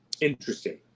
Interesting